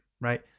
right